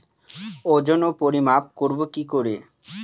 ওজন ও পরিমাপ করব কি করে?